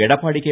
Edappadi K